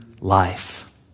life